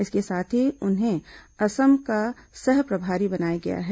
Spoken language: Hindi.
इसके साथ ही उन्हें असम का सह प्रभारी बनाया गया है